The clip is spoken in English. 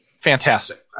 Fantastic